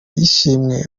y’ishimwe